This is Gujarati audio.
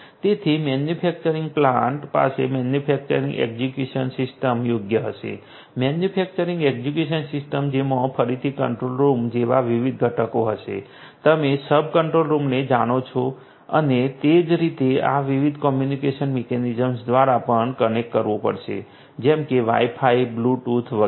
તેથી મેન્યુફેક્ચરિંગ પ્લાન્ટ પાસે મેન્યુફેક્ચરિંગ એક્ઝિક્યુશન સિસ્ટમ યોગ્ય હશે મેન્યુફેક્ચરિંગ એક્ઝિક્યુશન સિસ્ટમ જેમાં ફરીથી કંટ્રોલ્ડ રૂમ જેવા વિવિધ ઘટકો હશે તમે સબ કંટ્રોલ્ડ રૂમને જાણો છો અને તે જ રીતે આ વિવિધ કોમ્યુનિકેશન મિકેનિઝમ્સ દ્વારા પણ કનેક્ટ કરવું પડશે જેમ કે Wi Fi Bluetooth વગેરે